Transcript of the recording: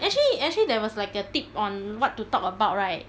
actually actually there was like a tip on what to talk about right